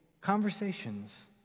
Conversations